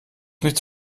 nichts